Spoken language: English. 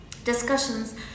Discussions